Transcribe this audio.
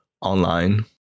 online